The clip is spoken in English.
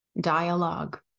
dialogue